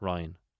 Ryan